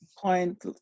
point